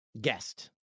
guest